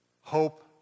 hope